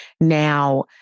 Now